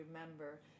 remember